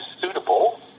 suitable